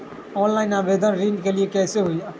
Online आवेदन ऋन के लिए कैसे हुई?